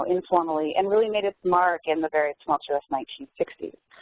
informally and really made its mark in the very tumultuous nineteen sixty s.